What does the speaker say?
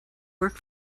work